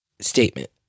statement